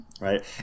right